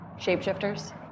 Shapeshifters